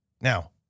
Now